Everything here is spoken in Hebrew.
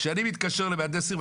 כשאני מתקשר למהנדס עיר,